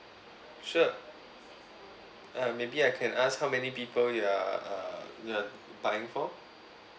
sure uh maybe I can ask how many people you are err buying for